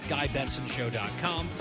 GuyBensonShow.com